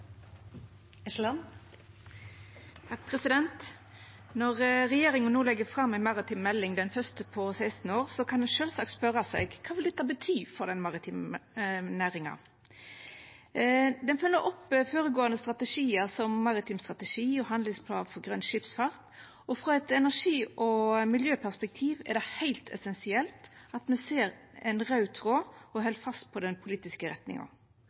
Når regjeringa no legg fram ei maritim melding – den første på 16 år – kan ein sjølvsagt spørja seg: Kva vil dette bety for den maritime næringa? Meldinga følgjer opp føregåande strategiar som maritim strategi og handlingsplan for grøn skipsfart, og frå eit energi- og miljøperspektiv er det heilt essensielt at me ser ein raud tråd og held fast på den politiske retninga.